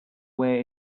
way